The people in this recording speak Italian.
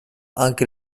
anche